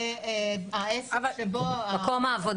והעסק שבו --- מקום העבודה.